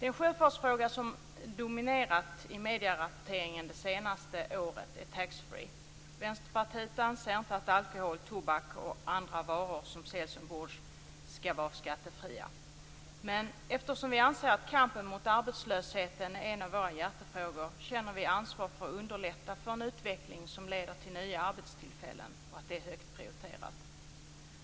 Den sjöfartsfråga som dominerat i medierapporteringen det senaste året är taxfree. Vänsterpartiet anser inte att alkohol, tobak och andra varor som säljs ombord skall vara skattefria. Men eftersom vi anser att kampen mot arbetslösheten är en av våra hjärtefrågor känner vi ansvar för att underlätta för en utveckling som leder till nya arbetstillfällen och för att det är högt prioriterat.